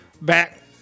back